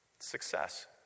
Success